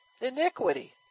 Iniquity